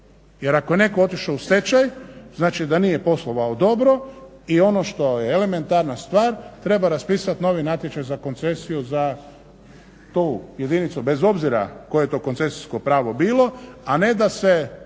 jer ako je netko otišao u stečaj znači da nije poslovao dobro. I ono što je elementarna stvar, treba raspisat novi natječaj za koncesiju za tu jedinicu, bez obzira koje to koncesijsko pravo bilo, a ne da se